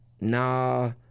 nah